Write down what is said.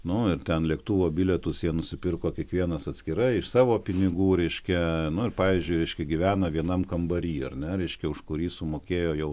nu ir ten lėktuvo bilietus jie nusipirko kiekvienas atskirai iš savo pinigų reiškia nu ir pavyzdžiui reiškia gyvena vienam kambary ar ne reiškia už kurį sumokėjo jau